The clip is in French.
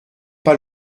pas